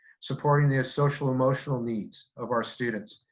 supporting the social emotional needs of our students.